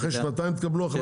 אחרי שנתיים תקבלו החלטה?